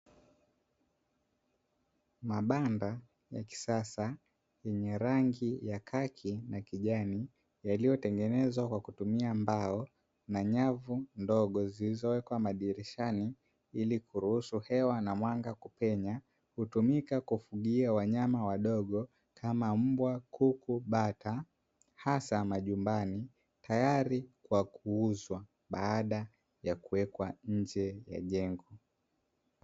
Mabanda ya kisasa yenye rangi ya kaki na kijani yaliyotengenezwa kwa kutumia mbao na nyavu ndogo zilizowekwa dirishani ili kuruhusu hewa na mwanga kupenya, hutumika kufugia wanyama wadogo kama; mbwa, kuku, bata. Hasa majumbani tayari kwa kuuzwa baada ya kuwekwa njee ya jengo.